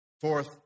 Fourth